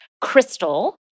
Crystal